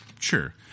Sure